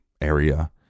area